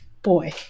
Boy